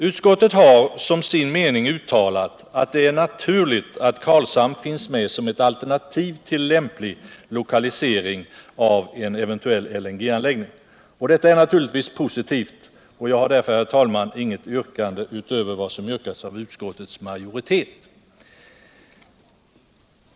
Utskottet har som sin mening uttalat att det är naturligt att Karlshamn finns med som ett alternativ till lämplig lokalisering av on eventuell LNG anläggning. Det är naturligtvis posiuvt, och jag har därför, herr talman, inget yrkande utöver vad som vrkats av utskottets majoritet.